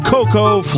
Cocoa